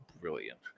brilliant